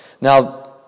Now